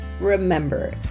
remember